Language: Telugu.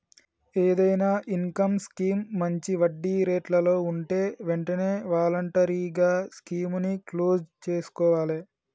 ఏదైనా ఇన్కం స్కీమ్ మంచి వడ్డీరేట్లలో వుంటే వెంటనే వాలంటరీగా స్కీముని క్లోజ్ చేసుకోవాలే